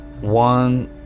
One